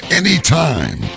anytime